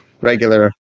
regular